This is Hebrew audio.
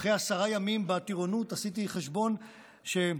אחרי עשרה ימים בטירונות עשיתי חשבון שעברתי,